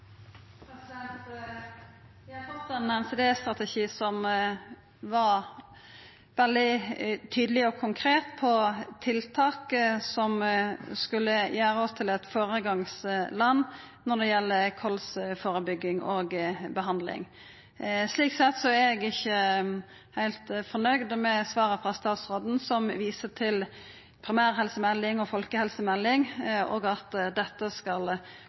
veldig tydeleg og konkret på tiltak som skulle gjera oss til eit føregangsland når det gjeld førebygging og behandling av kols. Slik sett er eg ikkje heilt fornøgd med svaret frå statsråden, som viser til primærhelsemelding og folkehelsemelding, og at dette skal